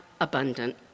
abundant